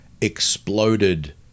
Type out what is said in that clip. exploded